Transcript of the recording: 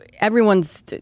everyone's –